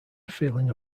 feeling